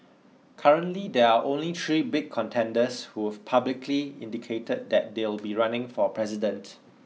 currently there are only three big contenders who've publicly indicated that they'll be running for president